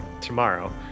tomorrow